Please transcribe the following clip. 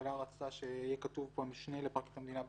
הממשלה רצתה שיהיה כתוב פה "המשנה לפרקליט המדינה",